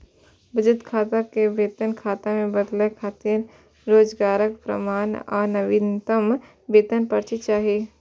बचत खाता कें वेतन खाता मे बदलै खातिर रोजगारक प्रमाण आ नवीनतम वेतन पर्ची चाही